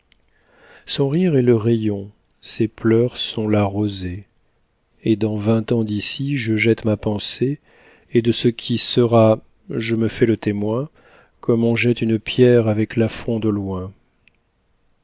son rire est le rayon ses pleurs sont la rosée et dans vingt ans d'ici je jette ma pensée et de ce qui sera je me fais le témoin comme on jette une pierre avec la fronde au loin